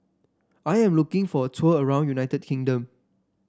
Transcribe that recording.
I am looking for a tour around United Kingdom